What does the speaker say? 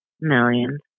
Millions